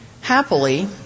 Happily